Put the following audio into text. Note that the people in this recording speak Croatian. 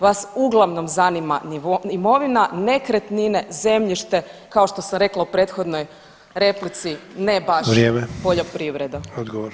Vas uglavnom zanima imovina, nekretnine, zemljište kao što sam rekla u prethodnoj replici ne baš poljoprivreda.